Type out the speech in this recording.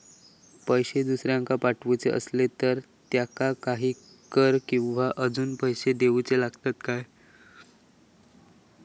पैशे दुसऱ्याक पाठवूचे आसले तर त्याका काही कर किवा अजून पैशे देऊचे लागतत काय?